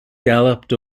galloped